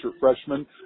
freshman